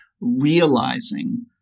realizing